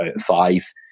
five